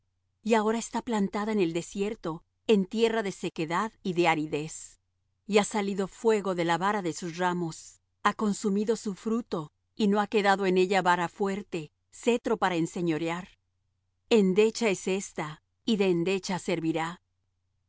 y ahora está plantada en el desierto en tierra de sequedad y de aridez y ha salido fuego de la vara de sus ramos ha consumido su fruto y no ha quedado en ella vara fuerte cetro para enseñorear endecha es esta y de endecha servirá